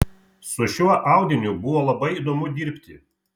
su šiuo audiniu buvo labai įdomu dirbti